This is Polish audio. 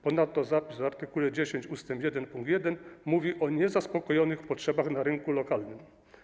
Ponadto zapis w art. 10 ust. 1 pkt 1 mówi o niezaspokojonych potrzebach na rynku lokalnym.